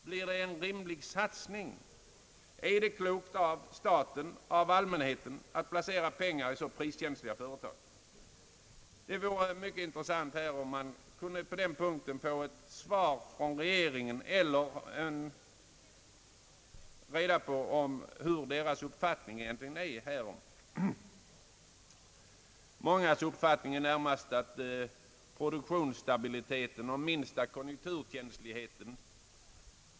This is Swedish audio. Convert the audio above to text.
Blir det en rimlig satsning? Är det klokt av staten och av allmänheten att placera pengar i så priskänsliga företag? Det vore mycket intressant om man på den punkten kunde få ett svar från regeringen eller få reda på dess uppfattning härom. Många anser att det rationellt skötta familjeföretaget har den största produktionsstabiliteten och den minsta konjunkturkänsligheten.